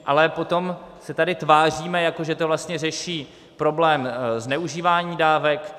Ale potom se tady tváříme, jako že to vlastně řeší problém zneužívání dávek.